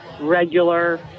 regular